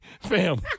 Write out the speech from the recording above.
Fam